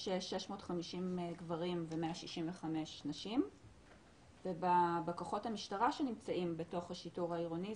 650 גברים ו-165 נשים ובכוחות המשטרה שנמצאים בתוך השיטור העירוני,